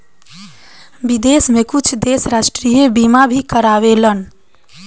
विदेश में कुछ देश राष्ट्रीय बीमा भी कारावेलन